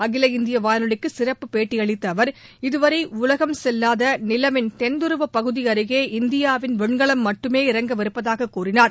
அகில இந்திய வானொலிக்கு சிறப்பு பேட்டியளித்த அவா் இதுவரை உலகம் செல்லாத நிலவின் தென்துருவ பகுதி அருகே இந்தியாவின் விண்கலம் மட்டுமே இறங்கவிருப்பதாகக் கூறினார்